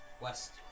West